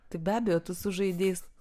tai be abejo tu sužaidei